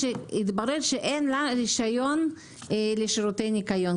שהתברר שאין לה רשיון לשירותי ניקיון.